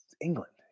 England